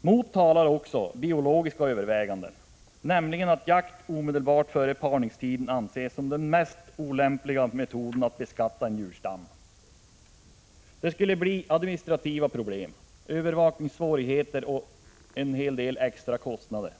Mot talar också biologiska överväganden. Jakt omedelbart före parningstiden anses som den mest olämpliga metoden för att beskatta en djurstam. Det 85 skulle dessutom bli administrativa problem, övervakningssvårigheter och en hel del extra kostnader.